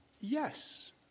Yes